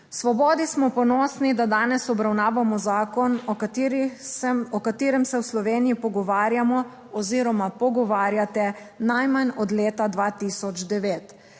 Svobodi smo ponosni, da danes obravnavamo zakon o kateri se o katerem se v Sloveniji pogovarjamo oziroma pogovarjate najmanj od leta 2009.